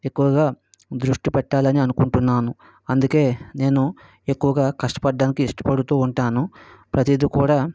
ఎక్కువగా దృష్టి పెట్టాలి అని అనుకుంటున్నాను అందుకే నేను ఎక్కువగా కష్టపడటానికి ఇష్టపడుతూ ఉంటాను ప్రతీది కూడా